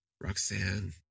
Roxanne